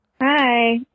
Hi